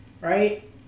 right